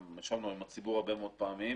ישבנו עם הציבור הרבה מאוד פעמים.